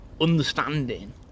understanding